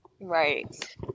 Right